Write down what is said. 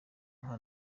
nka